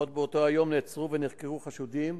עוד באותו היום נעצרו ונחקרו חשודים,